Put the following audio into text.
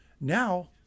Now